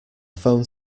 phone